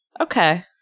Okay